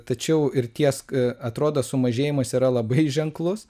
tačiau ir tie sk atrodo sumažėjimas yra labai ženklus